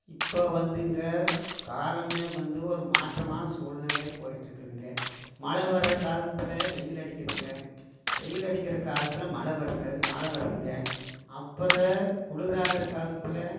இப்போ வந்துங்க காலமே வந்து ஒரு மாற்றமான சூழ்நிலையில போய்ட்டுருக்குதுங்க மழை வர காலத்தில் வெயில் அடிக்குதுங்க வெயில் அடிக்கிற காலத்தில் மழை வருங்க மழை வருதுங்க அப்புறம் குளிர் ஆகிற காலத்தில்